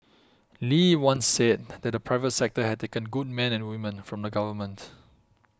Lee once said that the private sector had taken good men and women from the government